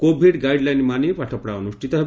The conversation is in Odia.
କୋଭିଡ୍ ଗାଇଡ୍ଲାଇନ୍ ମାନି ପାଠପଢ଼ା ଅନୁଷ୍ଷିତ ହେବ